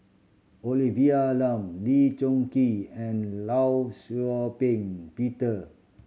Olivia Lum Lee Choon Kee and Law Shau Ping Peter